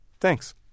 Thanks